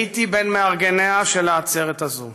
הייתי בין מארגניה של העצרת הזו.